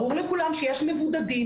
ברור לכולם שיש מבודדים.